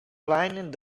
blinding